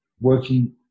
working